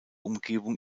umgebung